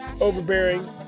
overbearing